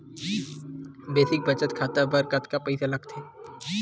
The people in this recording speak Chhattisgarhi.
बेसिक बचत खाता बर कतका पईसा लगथे?